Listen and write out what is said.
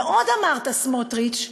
ועוד אמרת, סמוטריץ: